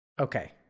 Okay